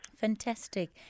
Fantastic